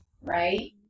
right